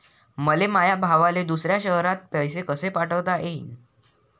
मले माया भावाले दुसऱ्या शयरात पैसे कसे पाठवता येईन?